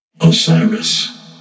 Osiris